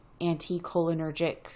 anticholinergic